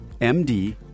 MD